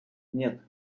нет